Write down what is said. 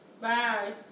Bye